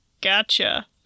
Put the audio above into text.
Gotcha